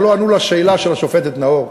אבל לא ענו על השאלה של השופטת נאור.